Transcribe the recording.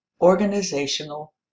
organizational